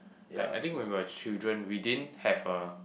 like I think when we were children we didn't have a